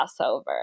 crossover